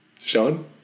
Sean